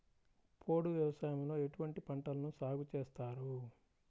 పోడు వ్యవసాయంలో ఎటువంటి పంటలను సాగుచేస్తారు?